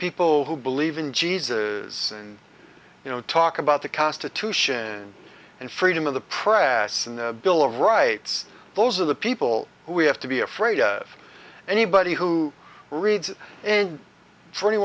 people who believe in jesus and you know talk about the constitution and freedom of the prasoon the bill of rights those are the people who we have to be afraid of anybody who reads and for